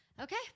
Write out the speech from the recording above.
Okay